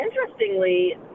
Interestingly